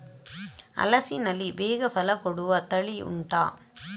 ಹಲಸಿನಲ್ಲಿ ಬೇಗ ಫಲ ಕೊಡುವ ತಳಿ ಉಂಟಾ